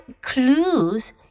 clues